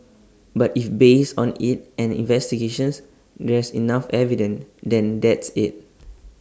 but if based on IT and investigations there's enough evidence then that's IT